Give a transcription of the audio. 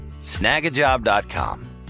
snagajob.com